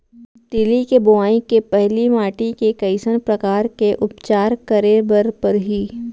तिलि के बोआई के पहिली माटी के कइसन प्रकार के उपचार करे बर परही?